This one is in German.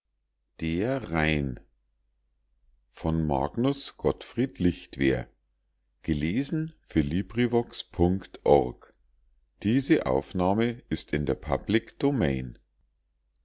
gottfried lichtwer der